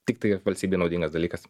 tiktai valstybei naudingas dalykas